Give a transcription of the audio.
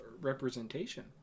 representation